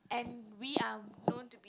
and we are known to be